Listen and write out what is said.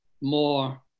more